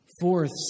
Fourth